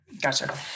Gotcha